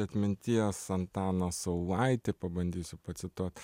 atminties antaną saulaitį pabandysiu pacituot